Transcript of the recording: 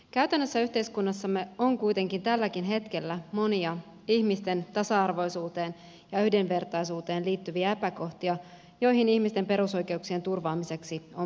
käytännössä yhteiskunnassamme on kuitenkin tälläkin hetkellä monia ihmisten tasa arvoisuuteen ja yhdenvertaisuuteen liittyviä epäkohtia joihin ihmisten perusoikeuksien turvaamiseksi on puututtava